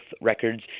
records